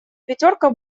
пятерка